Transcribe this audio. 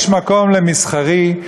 יש מקום למסחרי,